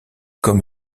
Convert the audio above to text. comme